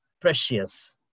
precious